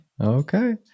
Okay